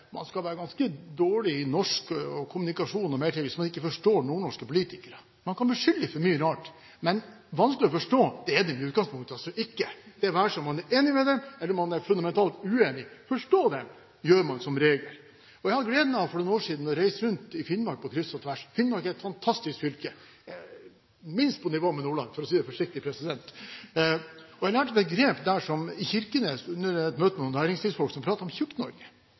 man skal være ganske dårlig i norsk kommunikasjon og mer til hvis man ikke forstår nordnorske politikere. Man kan beskylde dem for mye rart, men vanskelig å forstå er de i utgangspunktet altså ikke – det være seg om man er enig med dem eller fundamentalt uenig – forstår dem gjør man som regel. Jeg hadde gleden av for noen år siden å reise rundt i Finnmark på kryss og tvers. Finnmark er et fantastisk fylke – minst på nivå med Nordland, for å si det forsiktig! Jeg lærte et begrep i Kirkenes under et møte med noen reiselivsfolk, som pratet om